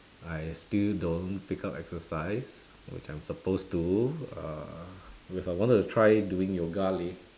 I still don't pick up exercise which I'm supposed to uh but if I wanted to try doing yoga leh